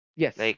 Yes